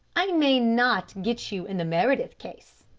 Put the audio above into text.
i may not get you in the meredith case,